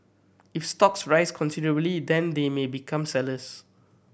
if stocks rise considerably then they may become sellers